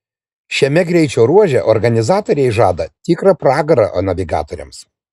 šiame greičio ruože organizatoriai žada tikrą pragarą navigatoriams